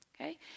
Okay